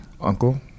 uncle